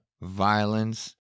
violence